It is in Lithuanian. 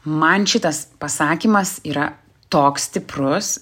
man šitas pasakymas yra toks stiprus